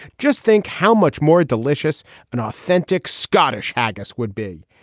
just think how much more delicious an authentic scottish haggis would be.